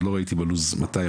עוד לא ראיתי בלו"ז מתי,